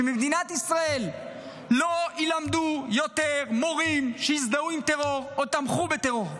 שבמדינת ישראל לא ילמדו יותר מורים שהזדהו עם טרור או תמכו בטרור.